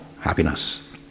happiness